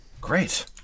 great